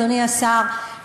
אדוני השר,